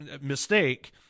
mistake